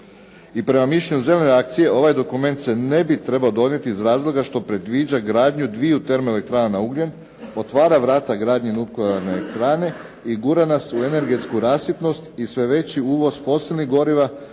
i prema mišljenju "Zelene akcije" ovaj dokument se ne bi trebao donijeti iz razloga što predviđa gradnju 2 termoelektrana na ugljen, otvara vrata gradnji nuklearne elektrane i gura nas u energetsku rasipnost i sve veći uvoz fosilnih goriva,